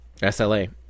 sla